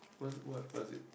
was it what what's it